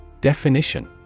Definition